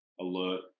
alert